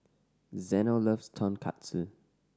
Zeno loves Tonkatsu